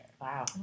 Wow